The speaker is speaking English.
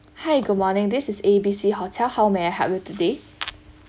hi good morning this is A B C hotel how may I help you today